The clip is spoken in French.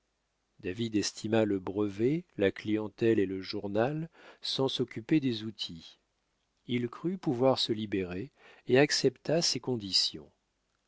david estima le brevet la clientèle et le journal sans s'occuper des outils il crut pouvoir se libérer et accepta ces conditions